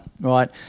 right